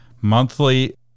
monthly